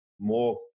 more